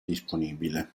disponibile